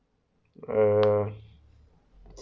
um